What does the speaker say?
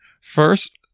First